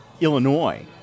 Illinois